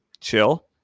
chill